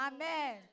Amen